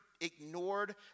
ignored